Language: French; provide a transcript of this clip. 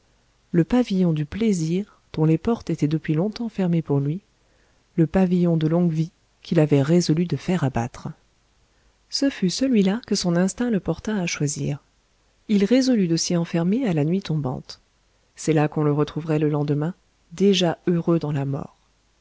le pavillon du plaisir dont les portes étaient depuis longtemps fermées pour lui le pavillon de longue vie qu'il avait résolu de faire abattre ce fut celui-là que son instinct le porta à choisir il résolut de s'y enfermer à la nuit tombante c'est là qu'on le retrouverait le lendemain déjà heureux dans la mort